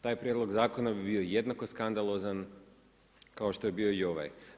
Taj prijedlog zakona bi bio jednako skandalozan kao što je bio i ovaj.